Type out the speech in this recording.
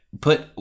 put